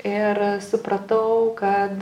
ir supratau kad